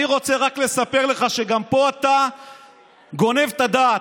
אני רק רוצה לספר לך שגם פה אתה גונב את הדעת.